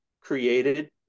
created